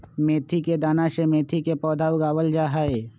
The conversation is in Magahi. मेथी के दाना से मेथी के पौधा उगावल जाहई